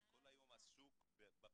אני כל היום עסוק בבחינות